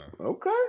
Okay